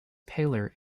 paler